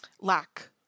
lack